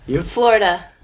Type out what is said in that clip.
Florida